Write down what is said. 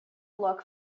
look